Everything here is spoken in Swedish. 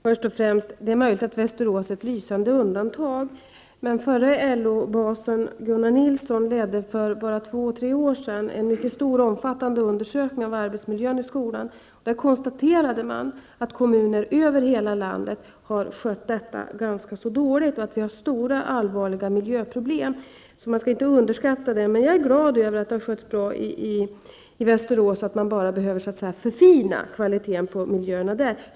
Herr talman! Det är möjligt att Västerås är ett lysande undantag. Men förre LO-basen Gunnar Nilsson ledde för bara två tre år sedan en mycket omfattande undersökning av arbetsmiljön i skolorna. Därvid konstaterades att kommuner över hela landet har skött detta ganska dåligt och att det fanns allvarliga miljöproblem. Man skall inte underskatta dem. Jag är emellertid glad över att det har skötts bra i Västerås, så att man bara behöver förfina kvaliteten på miljöerna där.